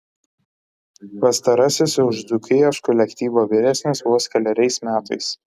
pastarasis už dzūkijos kolektyvą vyresnis vos keleriais metais